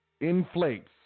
inflates